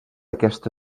aquesta